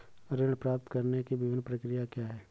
ऋण प्राप्त करने की विभिन्न प्रक्रिया क्या हैं?